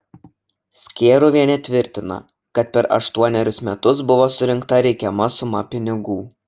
skėruvienė tvirtina kad per aštuonerius metus buvo surinkta reikiama suma pinigų